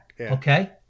okay